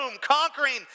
conquering